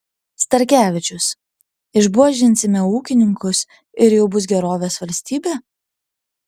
starkevičius išbuožinsime ūkininkus ir jau bus gerovės valstybė